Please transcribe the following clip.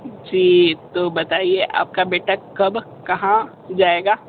जी तो बताइए आप का बेटा कब कहाँ जाएगा